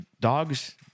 dog's